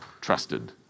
trusted